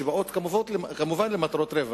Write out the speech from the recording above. שבאות כמובן למטרות רווח,